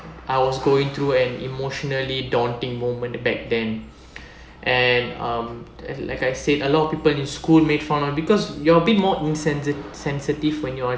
I was going through an emotionally daunting moment back then and um like I said a lot of people in school made fun because you'll be more insense~ sensitive when you are a